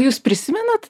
jūs prisimenat